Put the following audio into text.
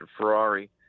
Ferrari